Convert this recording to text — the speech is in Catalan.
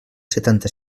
setanta